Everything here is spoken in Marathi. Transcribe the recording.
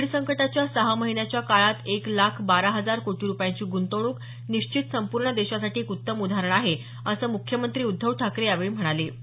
कोविड संकटाच्या सहा महिन्यातच्या काळात एक लाख बारा हजार कोटी रुपयांची गुंतवणूक ही निश्चितच संपूर्ण देशासाठी एक उत्तम उदाहरण आहे असं मुख्यमंत्री उद्धव ठाकरे यावेळी म्हणाले